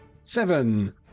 Seven